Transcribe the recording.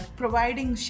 providing